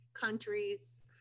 countries